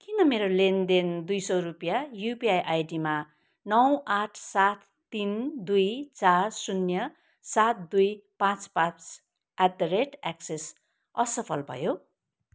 किन मेरो लेनदेन दुई सौ रुपियाँ युपिआई आइडीमा नौ आठ सात तिन दुई चार शून्य सात दुई पाँच पाँच एट द रेट एक्सिस असफल भयो